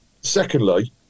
Secondly